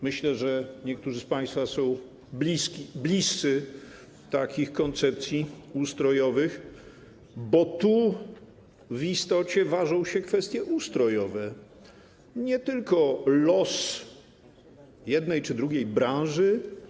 Myślę, że niektórzy z państwa są bliscy takich koncepcji ustrojowych, bo tu w istocie ważą się kwestie ustrojowe, nie tylko los jednej czy drugiej branży.